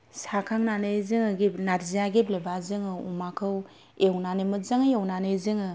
साखांनानै जोङो नारजिया गेब्लेबा जोङो अमाखौ एवनानै मोजाङै एवनानै जोङो